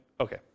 Okay